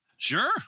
Sure